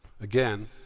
Again